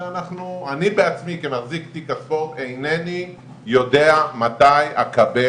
אני בעצמי כמחזיק תיק הספורט אינני יודע מתי אקבל.